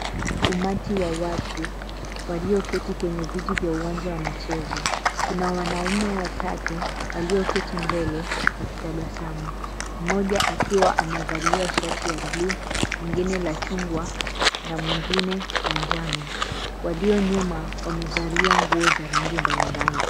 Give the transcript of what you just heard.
Umati wa watu walio keti kwenye viti vya uwanja wa michezo. Kuna wanaumue watatu walioketi mbele wakitabasamu .Mmoja akiwa amevalia shati ya [bluu] mwingine la chungwa na mwingine manjano. walio nyuma wamevalia nguo za rangi mbalimbali.